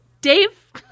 dave